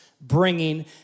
bringing